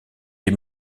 des